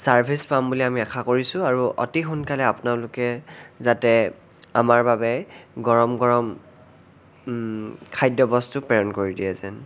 service পাম বুলি আমি আশা কৰিছোঁ আৰু অতি সোনকালে আপোনালোকে যাতে আমাৰ বাবে গৰম গৰম খাদ্যবস্তু প্ৰেৰণ কৰি দিয়ে যেন